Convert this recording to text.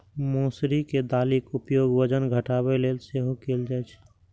मौसरी के दालिक उपयोग वजन घटाबै लेल सेहो कैल जाइ छै